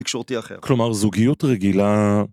תקשורתי אחר. -כלומר, זוגיות רגילה...